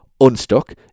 unstuck